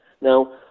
Now